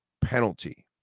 penalty